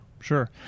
Sure